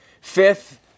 Fifth